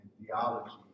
theology